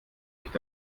nicht